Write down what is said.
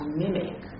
mimic